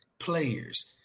Players